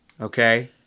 Okay